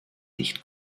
nicht